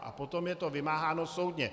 A potom je to vymáháno soudně.